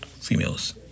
Females